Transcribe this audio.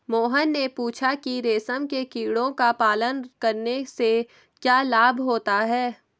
मोहन ने पूछा कि रेशम के कीड़ों का पालन करने से क्या लाभ होता है?